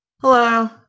Hello